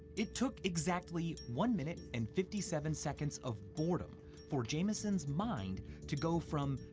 it took exactly one minute and fifty seven seconds of boredom for jamison's mind to go from,